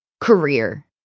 career